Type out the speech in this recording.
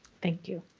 thank you.